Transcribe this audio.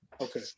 Okay